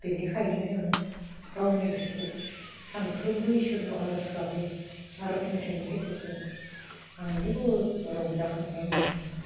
बिनिखायनो जों गावनि गोसोखौ सानफ्रोमबो इसोरनियाव आर'ज गाबो आर'ज मेथाइनि गेजेरजों आं जोबोद रंजाखांनाय मोनो